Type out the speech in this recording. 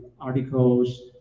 articles